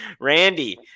Randy